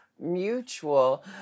mutual